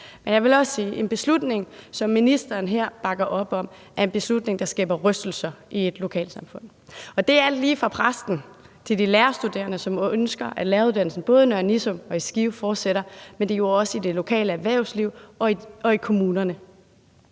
for. Jeg vil også sige, at en beslutning, som ministeren her bakker op om, er en beslutning, der skaber rystelser i et lokalsamfund, og det er alt lige fra præsten til de lærerstuderende, som ønsker, at læreruddannelsen både i Nørre Nissum og Skive fortsætter, men det er jo også i det lokale erhvervsliv og i kommunerne.